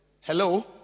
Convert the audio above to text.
Hello